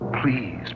Please